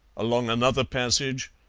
along another passage,